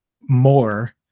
more